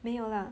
没有啦